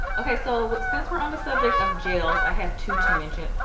okay so what since we're on the subject of gels i have to to mention.